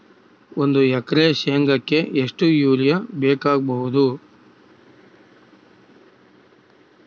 ಒಂದು ಎಕರೆ ಶೆಂಗಕ್ಕೆ ಎಷ್ಟು ಯೂರಿಯಾ ಬೇಕಾಗಬಹುದು?